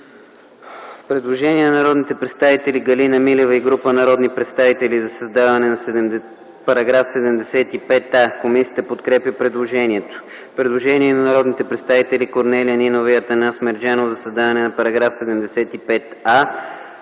Предложение от народните представители Галина Милева и група народни представители за създаване на § 75а. Комисията подкрепя предложението. Предложение от народните представители Корнелия Нинова и Атанас Мерджанов за създаване на § 75а.